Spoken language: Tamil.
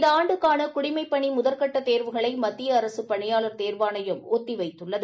இந்த ஆண்டுக்கான குடிமைப்பணி முதற்கட்ட தோவுகளை மத்திய அரசு பணியாளர் தேர்வாணையம் ஒத்தி வைத்துள்ளது